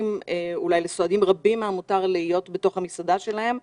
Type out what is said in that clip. אולי לסועדים רבים מן המותר להיות בתוך המסעדה שלהם.